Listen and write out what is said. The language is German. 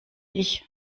ich